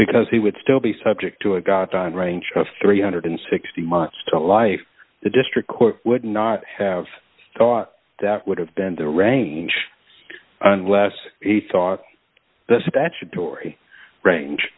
because he would still be subject to a gotten range of three hundred and sixty months to life the district court would not have thought that would have been the range unless he thought the statutory range